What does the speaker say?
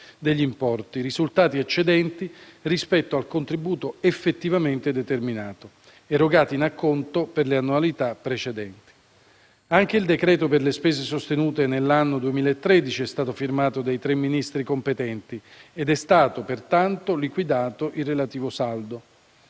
degli importi risultati eccedenti rispetto al contributo effettivamente determinato, erogati in acconto per le annualità precedenti. Anche il decreto per le spese sostenute nell'anno 2013 è stato firmato dai tre Ministri competenti ed è stato pertanto liquidato il relativo saldo.